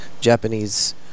Japanese